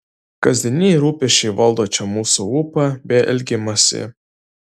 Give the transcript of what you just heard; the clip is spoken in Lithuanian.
kasdieniniai rūpesčiai valdo čia mūsų ūpą bei elgimąsi